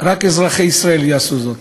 רק אזרחי ישראל יעשו זאת.